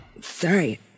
Sorry